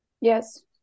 yes